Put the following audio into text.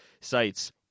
sites